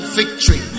victory